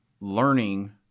learning